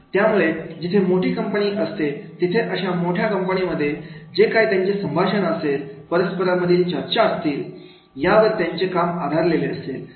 त्यामुळे जिथे मोठी कंपनी असते तिथे अशा मोठ्या कंपनीमध्ये जे काय त्यांचे संभाषण असेल परस्परांमधील चर्चा करतील यावर त्यांचे काम आधारलेले असेल